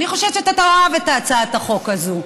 אני חושבת שאתה תאהב את הצעת החוק הזאת,